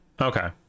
Okay